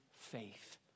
faith